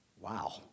Wow